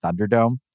Thunderdome